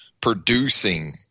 producing